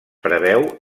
preveu